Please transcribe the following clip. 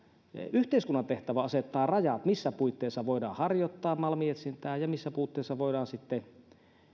yhteiskunnan tehtävä on asettaa rajat missä puitteissa voidaan harjoittaa malminetsintää ja missä puitteissa voidaan sitten